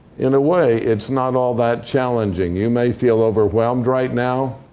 in a way, it's not all that challenging. you may feel overwhelmed right now.